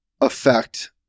affect